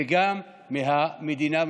וגם מהמדינה,